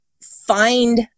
find